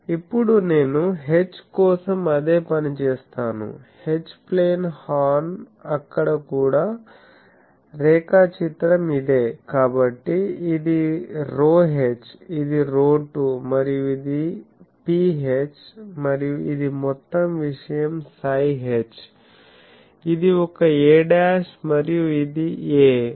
ఇప్పుడు నేను H కోసం అదే పని చేస్తాను H ప్లేన్ హార్న్ అక్కడ కూడా రేఖాచిత్రం ఇదే కాబట్టి ఇది ρh ఇది ρ2 మరియు ఇది Ph మరియు ఇది మొత్తం విషయం psi h ఇది ఒక a'మరియు ఇది a